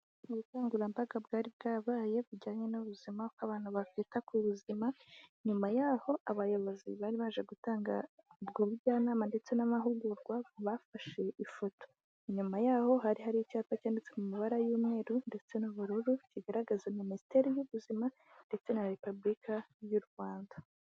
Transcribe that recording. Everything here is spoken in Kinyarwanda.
Ubukangurambaga bwari bwabaye, bujyanye n'ubuzima, uko abantu bakita ku buzima. Nyuma y'aho, abayobozi bari baje gutanga ubwo bujyanama ndetse n'amahugurwa, bafashe ifoto. Inyuma y'aho hari hari icyapa cyanditse mu mabara y'umweru ndetse n'ubururu , kigaragaza Minisiteri y'Ubuzima, ndetse na Repubulika y'u Rwanda.